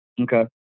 Okay